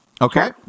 Okay